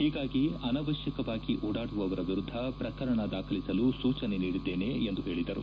ಹೀಗಾಗಿ ಅನವಶ್ಯಕವಾಗಿ ಓಡಾಡುವವರ ವಿರುದ್ದ ಪ್ರಕರಣ ದಾಖಲಿಸಲು ಸೂಚನೆ ನೀಡಿದ್ದೇನೆ ಎಂದು ಹೇಳಿದರು